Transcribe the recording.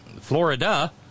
Florida